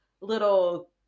little